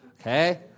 Okay